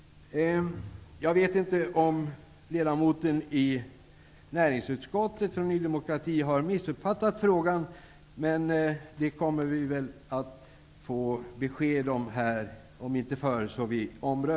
Jag vet inte om Ny demokratis ledamot i näringsutskottet har missuppfattat frågan, men det får vi väl besked om vid omröstningen, om inte förr.